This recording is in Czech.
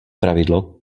pravidlo